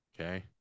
okay